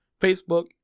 Facebook